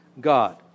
God